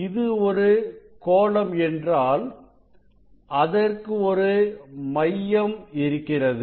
இது ஒரு கோளம் என்றால் அதற்கு ஒரு மையம் இருக்கிறது